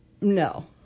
No